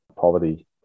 poverty